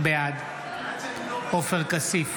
בעד עופר כסיף,